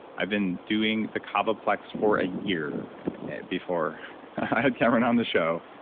i've been doing the kavaplex for a year before i had cameron on the show.